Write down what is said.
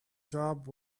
job